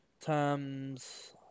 times